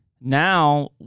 Now